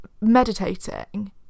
meditating